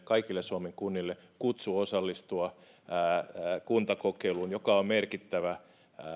kaikille suomen kunnille kutsu osallistua kuntakokeiluun joka on merkittävä